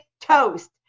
toast